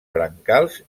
brancals